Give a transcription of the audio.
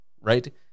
right